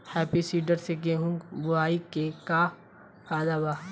Happy seeder से गेहूं बोआई के का फायदा बा?